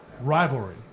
rivalry